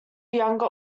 younger